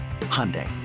Hyundai